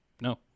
no